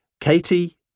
Katie